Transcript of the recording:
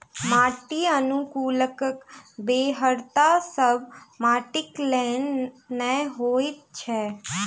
माटि अनुकुलकक बेगरता सभ माटिक लेल नै होइत छै